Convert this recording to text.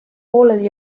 poolel